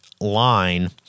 line